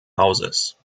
hauses